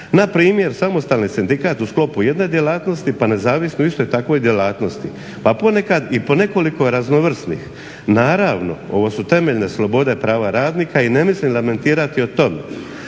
Npr. samostalni sindikat u sklopu jedne djelatnosti pa nezavisno u istoj takvoj djelatnosti. Pa ponekad i po nekoliko raznovrsnih. Naravno, ovo su temeljne slobode, prava radnika i ne mislim lamentirati o tome,